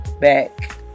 back